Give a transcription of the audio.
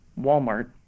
Walmart